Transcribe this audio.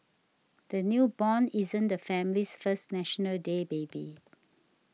the newborn isn't the family's first National Day baby